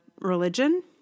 religion